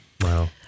Wow